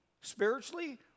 spiritually